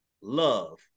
Love